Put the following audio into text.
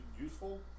useful